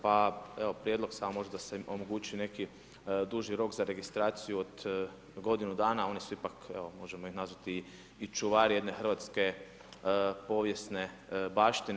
Pa evo prijedlog samo da se omogući neki duži rok za registraciju od godinu dana, oni su ipak možemo ih nazvati i čuvari jedne hrvatske povijesne baštine.